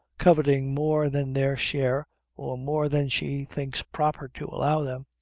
coveting more than their share or more than she thinks proper to allow them,